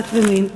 דת ומין.